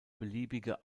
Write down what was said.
beliebige